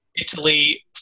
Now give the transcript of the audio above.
Italy